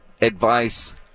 advice